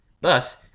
Thus